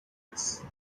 case